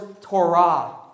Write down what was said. Torah